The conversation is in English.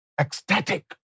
ecstatic